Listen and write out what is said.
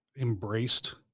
embraced